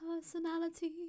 personality